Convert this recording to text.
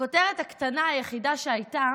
הכותרת הקטנה היחידה שהייתה